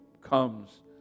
comes